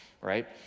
right